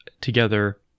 together